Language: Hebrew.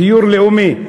דיור לאומי.